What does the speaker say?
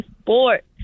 sport